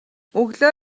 өглөө